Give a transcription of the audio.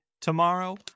tomorrow